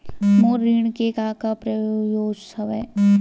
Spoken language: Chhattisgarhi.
मोर ऋण के का का प्रोसेस हवय?